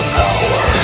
power